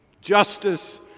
justice